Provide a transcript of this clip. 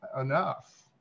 enough